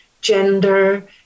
gender